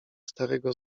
starego